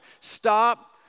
Stop